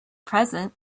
present